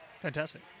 fantastic